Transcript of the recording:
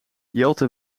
jelte